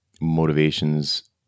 motivations